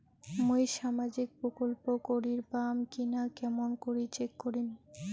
মুই সামাজিক প্রকল্প করির পাম কিনা কেমন করি চেক করিম?